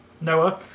Noah